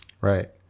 Right